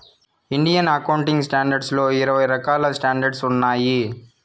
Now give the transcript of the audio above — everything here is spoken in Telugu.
ఇండియన్ అకౌంటింగ్ స్టాండర్డ్స్ లో ఇరవై రకాల స్టాండర్డ్స్ ఉన్నాయి